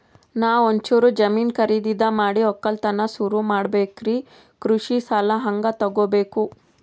ನಾ ಒಂಚೂರು ಜಮೀನ ಖರೀದಿದ ಮಾಡಿ ಒಕ್ಕಲತನ ಸುರು ಮಾಡ ಬೇಕ್ರಿ, ಕೃಷಿ ಸಾಲ ಹಂಗ ತೊಗೊಬೇಕು?